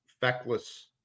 feckless